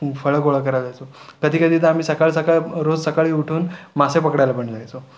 फळं गोळा करायला जायचो कधी कधी तर आम्ही सकाळी सकाळी रोज सकाळी उठून मासे पकडायला पण जायचो